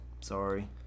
Sorry